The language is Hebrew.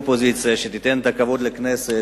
שתיתן את הכבוד לכנסת.